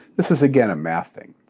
this is again a math thing.